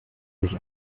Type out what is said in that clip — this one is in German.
sich